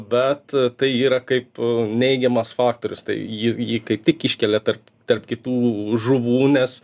bet tai yra kaip neigiamas faktorius tai jis jį kaip tik iškelia tarp tarp kitų žuvų nes